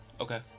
Okay